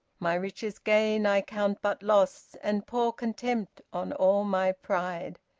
my richest gain i count but loss, and pour contempt on all my pride.